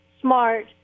smart